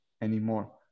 anymore